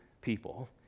people